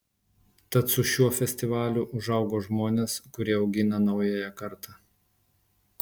tad su šiuo festivaliu užaugo žmonės kurie augina naująją kartą